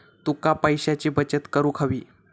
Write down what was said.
तुका पैशाची बचत करूक हवी